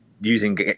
using